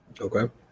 Okay